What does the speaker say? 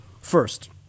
first